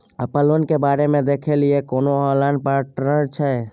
अपन लोन के बारे मे देखै लय कोनो ऑनलाइन र्पोटल छै?